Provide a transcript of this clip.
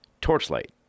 Torchlight